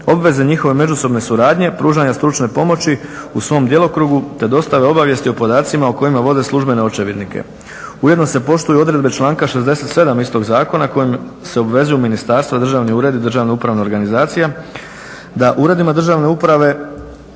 obveze njihove međusobne suradnje, pružanja stručne pomoći u svom djelokrugu te dostave obavijesti o podacima o kojima vode službene očevidnike. Ujedno se poštuju odredbe članka 67. istog zakona kojim se obvezuju ministarstva, državni uredi, državne uprave organizacija da uredima državne uprave